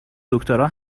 دکترا